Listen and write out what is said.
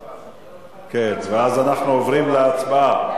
ולכן אנחנו עוברים להצבעה